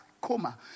coma